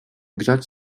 grzać